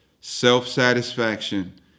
self-satisfaction